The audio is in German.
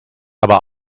aber